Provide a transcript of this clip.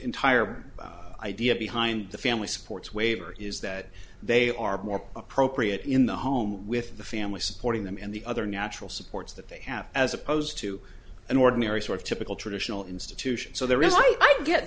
entire idea behind the family supports waiver is that they are more appropriate in the home with the family supporting them and the other natural supports that they have as opposed to an ordinary sort of typical traditional institution so there